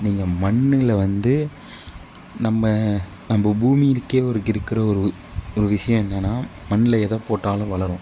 நீங்கள் மண்ணில் வந்து நம்ம நம்ம பூமிக்கு இருக்கிற ஒரு ஒரு விஷயம் என்னன்னா மண்ணில் எதை போட்டாலும் வளரும்